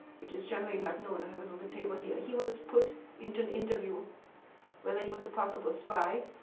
which is generally not known ah um and on the table here. he was put into an interview whether he was a possible spy,